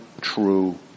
true